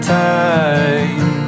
time